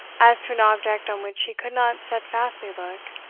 as to an object on which he could not stedfastly look,